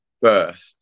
first